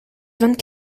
vingt